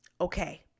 Okay